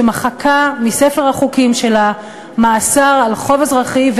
שמחקה מספר החוקים שלה מאסר על חוב אזרחי,